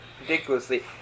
ridiculously